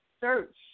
search